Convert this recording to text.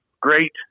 great